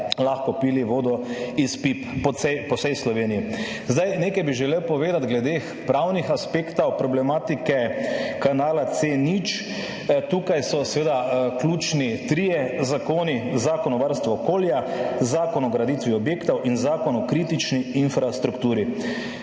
lahko pili vodo iz pip po vsej Sloveniji. Zdaj, nekaj bi želel povedati glede pravnih aspektov problematike kanala C0. Tukaj so seveda ključni trije zakoni, Zakon o varstvu okolja, Zakon o graditvi objektov in Zakon o kritični infrastrukturi.